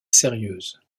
sérieuses